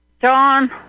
John